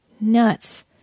Nuts